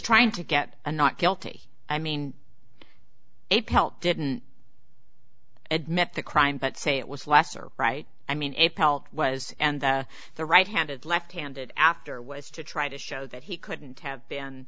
trying to get a not guilty i mean a pelt didn't admit the crime but say it was lesser right i mean a pelt was and the right handed left handed after was to try to show that he couldn't have been